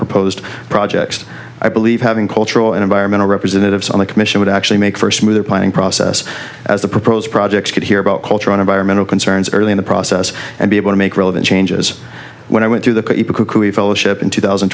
proposed projects i believe having cultural and vironment representatives on the commission would actually make for a smoother planning process as the proposed projects could hear about culture on environmental concerns early in the process and be able to make relevant changes when i went through the fellowship in two thousand